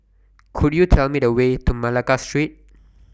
Could YOU Tell Me The Way to Malacca Street